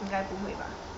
因该不会吧